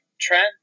Trent